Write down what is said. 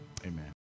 Amen